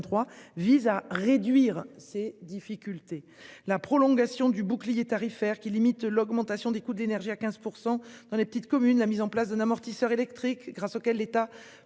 vise à réduire ces difficultés. La prolongation du bouclier tarifaire qui limite l'augmentation des coûts de l'énergie à 15% dans les petites communes. La mise en place d'un amortisseur électrique grâce auquel l'État